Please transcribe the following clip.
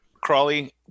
Crawley